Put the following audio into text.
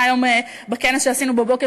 בכנס שעשינו הבוקר,